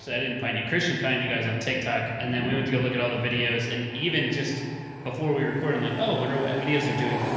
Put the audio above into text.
so i didn't find you, christian found you guys on tiktok. and then we went to go look at all the videos and even just before we recorded, like, oh, oh, wondering what videos are doing,